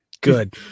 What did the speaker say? Good